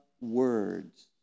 words